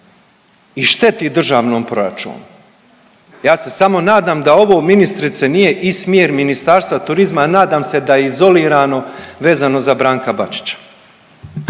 i šteti državnom proračunu. Ja se samo nadam da ovo ministrice nije i smjer Ministarstva turizma, nadam se da je izolirano vezano za Branka Bačića.